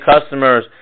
customers